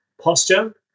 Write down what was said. posture